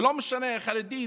ולא משנה חרדי,